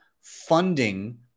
funding